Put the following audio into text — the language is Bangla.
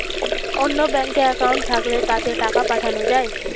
অন্য ব্যাঙ্কে অ্যাকাউন্ট থাকলে তাতে টাকা পাঠানো যায়